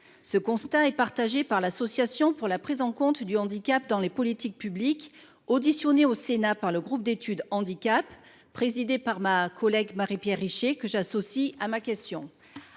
Ce constat est partagé par l’Association pour la prise en compte du handicap dans les politiques publiques et privées (APHPP), entendue en audition au Sénat par le groupe d’études sur le handicap, présidé par ma collègue Marie Pierre Richer, que j’associe à ma question.